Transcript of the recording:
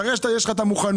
תראה שיש לך את המוכנות,